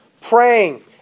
praying